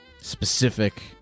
specific